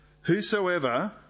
whosoever